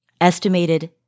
estimated